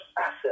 asset